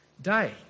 day